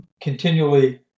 continually